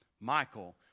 Michael